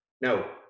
No